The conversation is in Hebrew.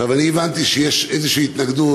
אני הבנתי שיש איזושהי התנגדות,